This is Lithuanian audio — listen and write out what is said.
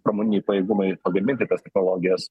pramoniniai pajėgumai pagaminti tas technologijas